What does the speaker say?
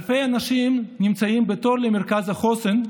אלפי אנשים נמצאים בתור למרכז החוסן,